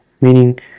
meaning